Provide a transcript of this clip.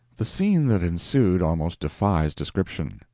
the scene that ensued almost defies description.